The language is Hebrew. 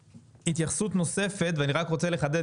התייחסות נוספת ואני רק רוצה לחדד,